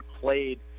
played